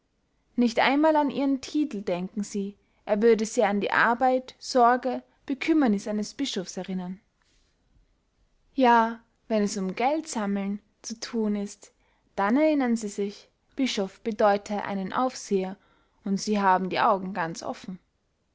nicht einmal an ihren titel denken sie er würde sie an die arbeit sorge bekümmerniß eines bischoffs erinnern ja wenn es um geldsammlen zu thun ist dann erinnern sie sich bischoff bedeute einen aufseher und sie haben die augen ganz offen